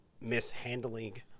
mishandling